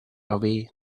away